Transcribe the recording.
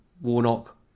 Warnock